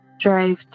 drive